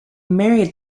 married